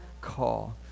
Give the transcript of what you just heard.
call